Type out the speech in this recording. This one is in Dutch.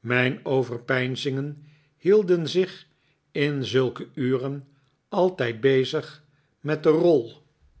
mijn overpeinzingen hielden zich in zulke uren altijd bezig met de rol